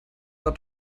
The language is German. war